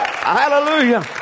Hallelujah